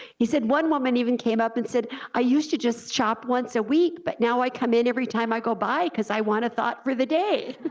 he said one woman even came up and said i used to just shop once a week, but now i come in every time i go by cause i want a thought for the day.